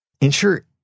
Ensure